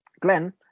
Glenn